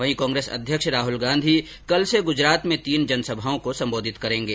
वहीं कांग्रेस अध्यक्ष राहल गांधीकल से गुजरात में तीन जनसभाओं को सम्बोधित करेंगे